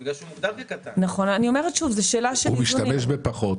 את אומרת הפוך מההיגיון, כי הוא משתמש בפחות.